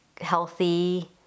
healthy